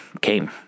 came